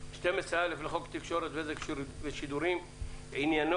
12א לחוק התקשורת (בזק ושידורים) עניינו